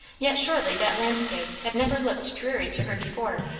yet surely that landscape had never looked dreary to her before.